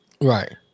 Right